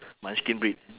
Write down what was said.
munchkin breed